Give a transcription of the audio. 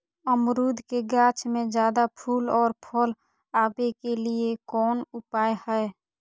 अमरूद के गाछ में ज्यादा फुल और फल आबे के लिए कौन उपाय है?